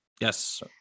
Yes